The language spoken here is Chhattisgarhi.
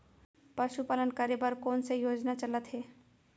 पशुपालन करे बर कोन से योजना चलत हे?